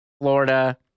florida